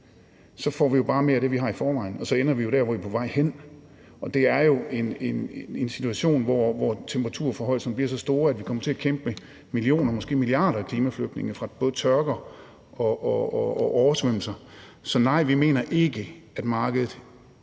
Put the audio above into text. får vi jo bare mere af det, vi har i forvejen, og så ender vi der, hvor vi er på vej hen. Og det er jo en situation, hvor temperaturstigningerne bliver så store, at vi kommer til at kæmpe med millioner, måske milliarder af klimaflygtninge fra både tørker og oversvømmelser. Så nej, vi mener ikke, at markedet